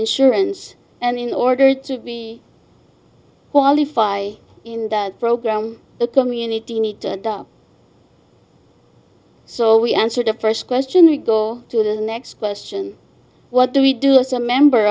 insurance and in order to be qualify in the program the community need to know so we answer the first question we go to the next question what do we do as a member